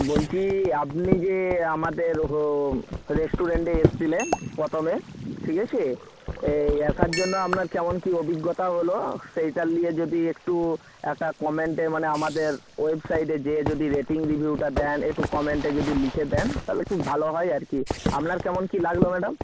বলছি আপনি যে আমাদের রেস্টুরেন্টে এসেছিলেন প্রথমে ঠিক আছে এ আসার জন্য আপনার কেমন কী অভিজ্ঞতা হলো সেইটা নিয়ে যদি একটু একটা কমেন্টে মানে আমাদের ওয়েবসাইটে গিয়ে যদি রেটিং রিভিউটা দেন একটু কমেন্টে যদি লিখে দেন তাহলে খুব ভালো হয় আর কি আপনার কেমন কী লাগল ম্যাডাম